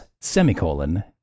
semicolon